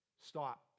stop